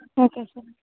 okay sir